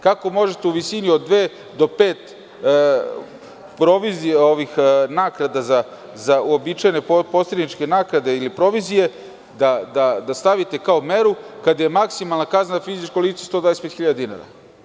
Kako možete u visini od dve do pet provizije, naknada za uobičajene posredničke naknade ili provizije, da stavite kao meru, kada je maksimalna kazna za fizičko lice 125 000 dinara.